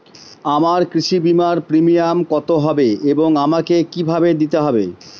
আমার কৃষি বিমার প্রিমিয়াম কত হবে এবং আমাকে কি ভাবে দিতে হবে?